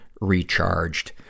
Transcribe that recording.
recharged